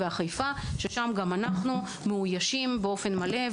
שם אנחנו מאוישים באופן מלא.